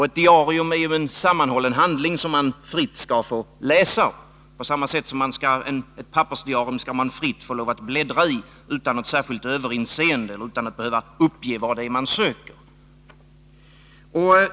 Ett diarium är en sammanhållen handling, som man fritt skall få läsa, även om det är databaserat. Ett pappersdiarium skall man ju fritt få lov att bläddra i, utan särskilt överinseende och utan att behöva uppge vad det är man söker.